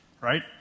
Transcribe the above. Right